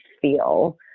feel